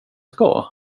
ska